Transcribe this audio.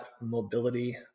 mobility